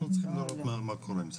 אנחנו צריכים לראות מה קורה עם זה.